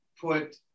put